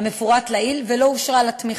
המפורט לעיל ולא אושרה לה תמיכה.